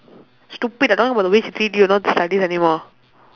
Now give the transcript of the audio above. stupid I talking about the way she treat you not the studies anymore